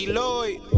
Lloyd